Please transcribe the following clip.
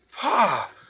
Pa